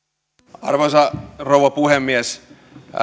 arvoisa rouva puhemies